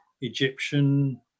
Egyptian